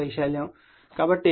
కాబట్టి B విలువ 1